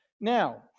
Now